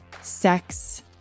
sex